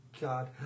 God